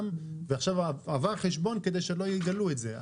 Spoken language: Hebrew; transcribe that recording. ועכשיו עבר חשבון כדי שלא יגלו את זה,